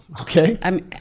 okay